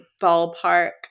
ballpark